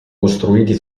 costruiti